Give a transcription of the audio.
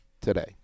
today